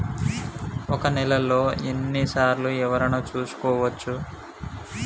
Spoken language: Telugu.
ఒక నెలలో ఎన్ని సార్లు వివరణ చూసుకోవచ్చు?